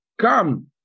Come